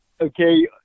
okay